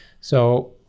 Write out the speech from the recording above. So-